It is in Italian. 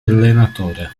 allenatore